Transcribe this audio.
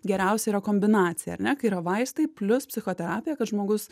geriausia yra kombinacija ar ne kai yra vaistai plius psichoterapija kad žmogus